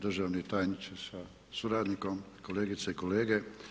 Državni tajniče sa suradnikom, kolegice i kolege.